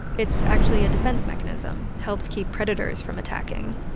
it's actually a defense mechanism helps keep predators from attacking.